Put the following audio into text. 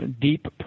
deep